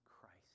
Christ